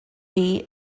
bee